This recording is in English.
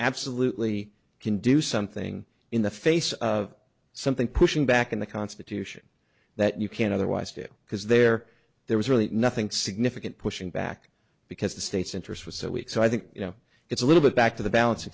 absolutely can do something in the face of something pushing back in the constitution that you can't otherwise do because there there was really nothing significant pushing back because the state's interest was so weak so i think you know it's a little bit back to the balanc